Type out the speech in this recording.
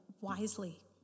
wisely